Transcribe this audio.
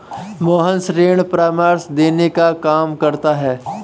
मोहन ऋण परामर्श देने का काम करता है